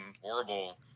horrible